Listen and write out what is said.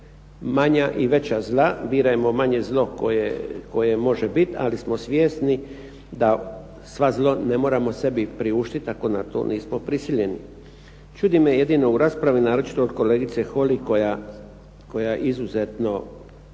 manja i veća zla, birajmo manje zlo koje može biti, ali smo svjesni da svo zlo ne moramo sebi priuštiti, ako na to nismo prisiljeni. Čudi me jedino u raspravi, naročito od kolegice Holy koja izuzetno